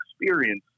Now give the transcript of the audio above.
experience